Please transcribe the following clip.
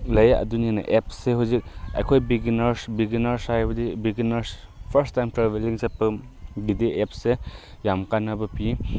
ꯂꯩ ꯑꯗꯨꯅꯤꯅ ꯑꯦꯞꯁꯁꯦ ꯍꯧꯖꯤꯛ ꯑꯩꯈꯣꯏ ꯕꯤꯒꯤꯅꯔꯁ ꯕꯤꯒꯤꯅꯔꯁ ꯍꯥꯏꯕꯗꯤ ꯕꯤꯒꯤꯅꯔꯁ ꯐꯥꯔꯁ ꯇꯥꯏꯝ ꯇ꯭ꯔꯦꯕꯦꯂꯤꯡ ꯆꯠꯄꯒꯤꯗꯤ ꯑꯦꯞꯁꯦ ꯌꯥꯝ ꯀꯥꯟꯅꯕ ꯄꯤ